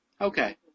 Okay